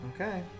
okay